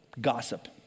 Gossip